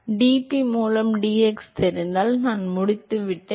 எனக்கு dp மூலம் dx தெரிந்தால் நான் முடித்துவிட்டேன்